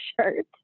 shirt